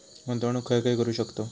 गुंतवणूक खय खय करू शकतव?